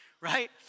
right